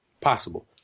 possible